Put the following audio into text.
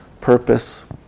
purpose